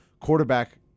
quarterback